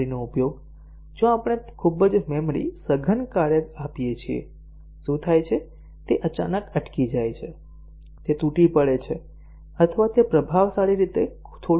મેમરીનો ઉપયોગ જો આપણે ખૂબ જ મેમરી સઘન કાર્ય આપીએ છીએ શું થાય છે તે અચાનક અટકી જાય છે તે તૂટી પડે છે અથવા તે પ્રભાવશાળી રીતે થોડું ખરાબ કરે છે